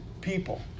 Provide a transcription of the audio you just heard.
people